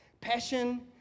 Passion